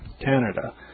Canada